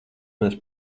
mēs